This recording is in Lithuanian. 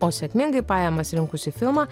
o sėkmingai pajamas rinkusį filmą